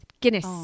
Guinness